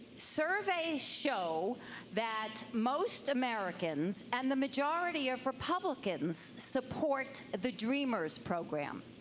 surveys show that most americans and the majority of republicans support the dreamers program.